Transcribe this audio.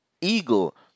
eagle